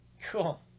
Cool